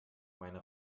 meine